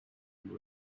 and